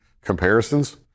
comparisons